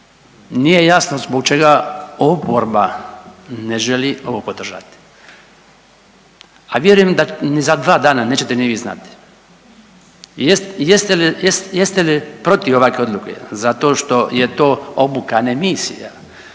nije jasno zbog čega oporba ne želi ovo podržati, a vjerujem da za dva dana nećete ni vi znati. Jeste li protiv ovakve odluke zato što je to obuka, ne misija,